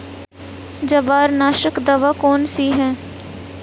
जवार नाशक दवा कौन सी है?